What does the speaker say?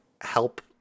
help